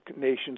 nations